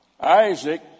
Isaac